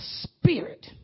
spirit